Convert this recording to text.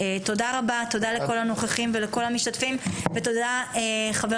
תודה רבה לכל הנוכחים ולכל המשתתפים ותודה חבר